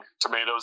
tomatoes